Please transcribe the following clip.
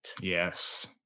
Yes